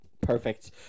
Perfect